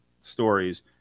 stories